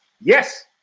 Yes